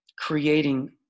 Creating